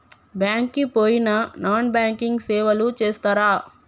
Bank కి పోయిన non banking సేవలు చేస్తరా?